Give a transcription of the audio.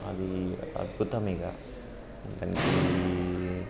అది అద్భుతం ఇక